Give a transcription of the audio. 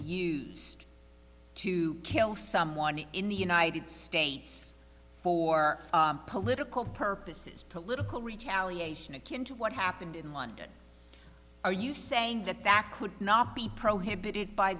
used to kill someone in the united states for political purposes political retaliation akin to what happened in london are you saying that that could not be prohibited by